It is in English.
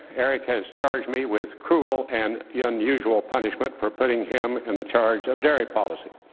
eric has charged me with cruel and yeah unusual punishment for putting him in the charge of dairy policy.